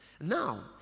Now